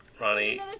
Ronnie